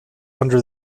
under